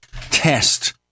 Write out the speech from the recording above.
test